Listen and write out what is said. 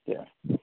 کیاہ